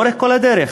לאורך כל הדרך,